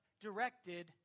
directed